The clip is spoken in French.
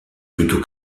plutôt